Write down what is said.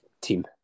team